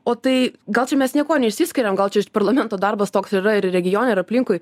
o tai gal čia mes niekuo neišsiskiriam gal čia parlamento darbas toks yra ir regione ir aplinkui